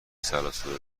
سروصدا